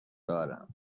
دارم